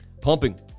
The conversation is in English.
Pumping